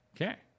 Okay